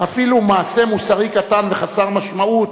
"אפילו מעשה מוסרי קטן וחסר משמעות,